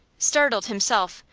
startled himself,